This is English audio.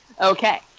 Okay